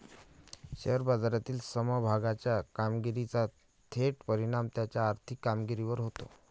share बाजारातील समभागाच्या कामगिरीचा थेट परिणाम त्याच्या आर्थिक कामगिरीवर होतो